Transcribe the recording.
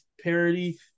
parody